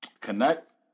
connect